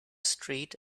street